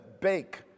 bake